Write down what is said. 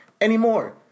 anymore